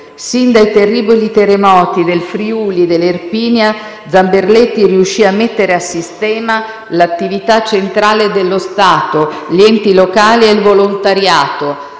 Sin dai terribili terremoti del Friuli e dell'Irpinia, Zamberletti riuscì a mettere a sistema l'attività centrale dello Stato, gli enti locali e il volontariato,